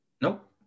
Nope